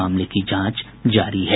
मामले की जांच जारी है